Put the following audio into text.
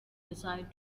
decide